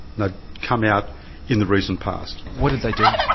ah come out in the recent past. what did they do?